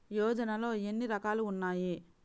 యోజనలో ఏన్ని రకాలు ఉన్నాయి?